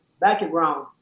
background